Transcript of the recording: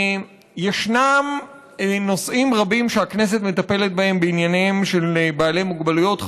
ישנם נושאים רבים שהכנסת מטפלת בהם בעניינים של בעלי מוגבלויות.